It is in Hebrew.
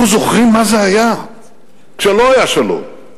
אנחנו זוכרים מה זה היה כשלא היה שלום,